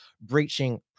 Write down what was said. breaching